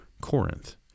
Corinth